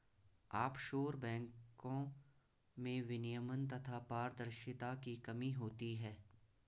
offshore बैंको में विनियमन तथा पारदर्शिता की कमी होती है